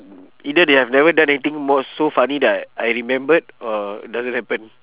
either they have never done anything more so funny that I remembered or it doesn't happen